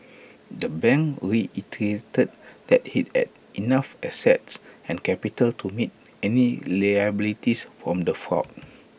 the bank reiterated that that IT had enough assets and capital to meet any liabilities from the fraud